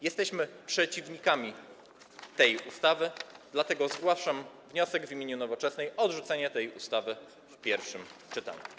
Jesteśmy przeciwnikami tej ustawy, dlatego zgłaszam wniosek w imieniu Nowoczesnej o odrzucenie tej ustawy w pierwszym czytaniu.